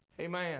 amen